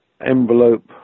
envelope